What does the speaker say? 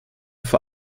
vor